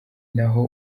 naho